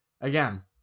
again